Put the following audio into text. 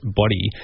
body